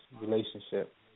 relationship